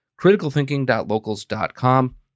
criticalthinking.locals.com